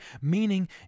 meaning